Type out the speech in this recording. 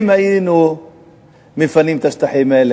אם היינו מפנים את השטחים האלה,